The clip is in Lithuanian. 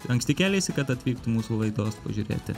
anksti kėleisi kad atvyktum mūsų laidos pažiūrėti